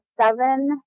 seven